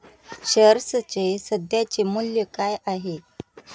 शेअर्सचे सध्याचे मूल्य काय आहे?